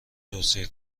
توصیه